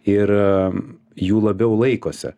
ir jų labiau laikosi